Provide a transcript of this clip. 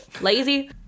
lazy